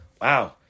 Wow